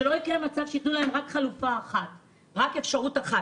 שלא יקרה מצב שייתנו להם רק אפשרות אחת,